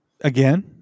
again